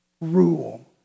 rule